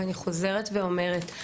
ואני חוזרת ואומרת,